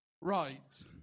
Right